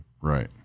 Right